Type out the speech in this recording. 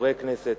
חברי הכנסת,